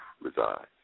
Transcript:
reside